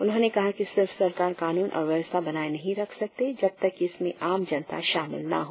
उन्होंने कहा कि सिर्फ सरकार कानून और व्यवस्था बनाए नहीं रख सकते जब तक की इसमें आम जनता शामिल ना हो